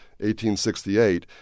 1868